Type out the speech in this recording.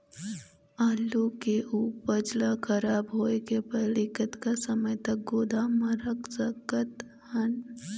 आलू के उपज ला खराब होय के पहली कतका समय तक गोदाम म रख सकत हन?